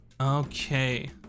Okay